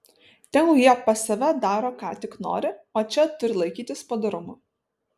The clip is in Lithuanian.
tegul jie pas save daro ką tik nori o čia turi laikytis padorumo